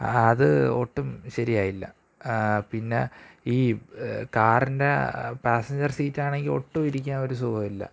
അത് ഒട്ടും ശരിയായില്ല പിന്ന ഈ കാറിൻ്റെ പാസ്സഞ്ചർ സീറ്റാണെങ്കില് ഒട്ടും ഇരിക്കാന് ഒരു സുഖമില്ല